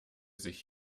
sich